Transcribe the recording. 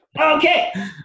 Okay